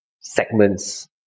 segments